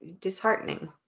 disheartening